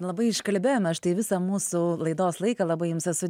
labai iškalbėjome štai visą mūsų laidos laiką labai jums esu